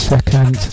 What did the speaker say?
Second